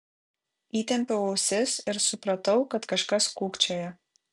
įtempiau ausis ir supratau kad kažkas kūkčioja